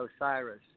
Osiris